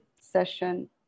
session